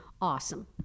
Awesome